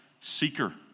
seeker